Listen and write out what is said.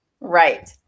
Right